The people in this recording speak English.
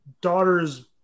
daughter's